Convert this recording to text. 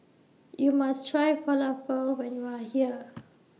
YOU must Try Falafel when YOU Are here